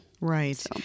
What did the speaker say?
right